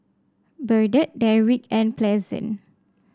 Burdette Derrick and Pleasant